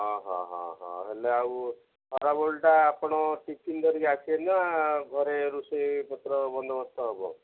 ହଁ ହଁ ହଁ ହଁ ହେଲେ ଆଉ ଖରାବେଳଟା ଆପଣ ଟିଫିନ୍ ଧରିକି ଆସିବେନା ଘରେ ରୋଷେଇପତ୍ର ବନ୍ଦୋବସ୍ତ ହବ